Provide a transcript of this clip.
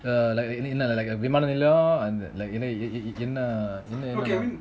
uh like இல்ல விமான நிலையம் என்ன என்ன:illa vimana nilayam enna enna